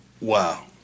Wow